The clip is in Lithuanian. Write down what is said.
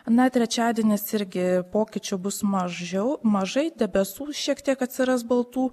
na trečiadienis irgi pokyčių bus mažiau mažai debesų šiek tiek atsiras baltų